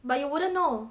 but you wouldn't know